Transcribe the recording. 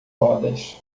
rodas